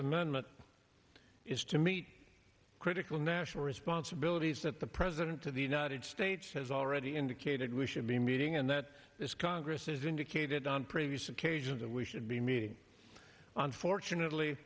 amendment is to meet critical national responsibilities that the president of the united states has already indicated we should be meeting and that this congress is indicated on previous occasions and we should be meeting on fortunately